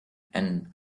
and